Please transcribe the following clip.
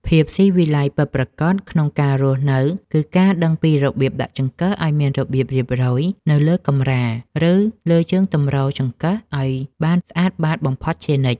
ភាពស៊ីវិល័យពិតប្រាកដក្នុងការរស់នៅគឺការដឹងពីរបៀបដាក់ចង្កឹះឱ្យមានរបៀបរៀបរយនៅលើកម្រាល ឬ លើជើងទម្រចង្កឹះឱ្យបានស្អាតបាតបំផុតជានិច្ច។